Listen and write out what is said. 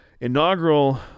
inaugural